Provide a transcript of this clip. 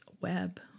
web